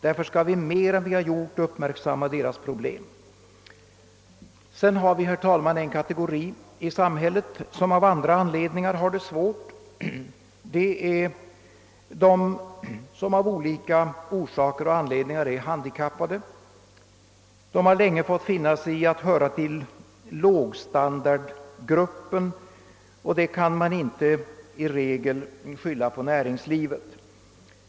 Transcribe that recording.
Därför skall vi mer än vi gjort uppmärksamma deras problem. Sedan har vi, herr talman, en kategori i samhället vilken av andra anledningar har det svårt. Det är de som av olika orsaker är handikappade. De har länge fått finna sig i att höra till lågstandardgruppen, och det kan man inte gärna skylla på näringslivet.